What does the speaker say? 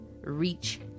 reach